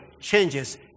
changes